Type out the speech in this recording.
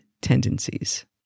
tendencies